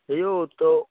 हेऔ तऽ